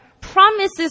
promises